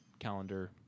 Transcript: Calendar